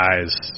guys